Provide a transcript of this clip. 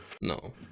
No